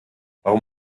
warum